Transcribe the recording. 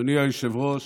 אדוני היושב-ראש,